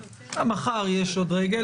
מחר יש עוד רגל.